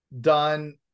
done